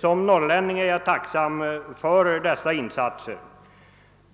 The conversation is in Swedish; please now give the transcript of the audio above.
Som norrlänning är jag tacksam för dessa insatser,